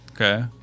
Okay